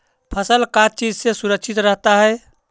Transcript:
फसल का चीज से सुरक्षित रहता है?